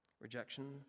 Rejection